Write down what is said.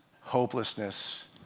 hopelessness